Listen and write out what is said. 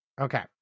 Okay